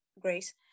grace